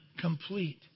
complete